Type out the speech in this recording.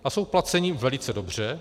A jsou placeni velice dobře.